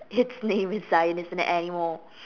its a name is Zion it's an animal